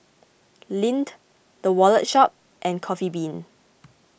Lindt the Wallet Shop and Coffee Bean